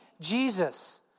Jesus